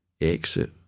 exit